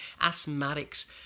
asthmatics